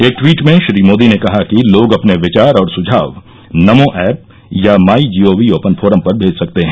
एक ट्वीट में श्री मोदी ने कहा कि लोग अपने विचार और सुझाव नमो ऐप या माई जीओवी ओपन फोरम पर भेज सकते हैं